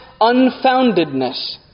unfoundedness